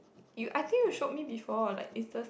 you I think you showed me before like is the